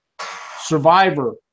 survivor